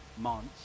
months